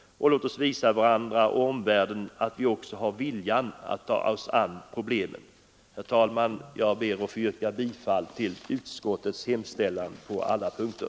Låt oss visa varandra och omvärlden att vi också har viljan att ta oss an problemen. Herr talman! Jag ber att få yrka bifall till utskottets hemställan på alla punkter.